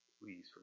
Please